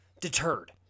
deterred